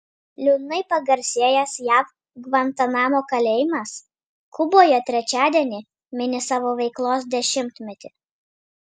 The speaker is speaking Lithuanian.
liūdnai pagarsėjęs jav gvantanamo kalėjimas kuboje trečiadienį mini savo veiklos dešimtmetį